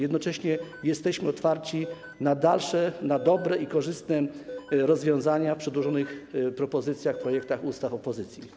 Jednocześnie jesteśmy otwarci na dalsze, na dobre i korzystne rozwiązania w przedłożonych propozycjach, projektach ustaw opozycji.